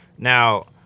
Now